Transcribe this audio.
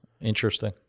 interesting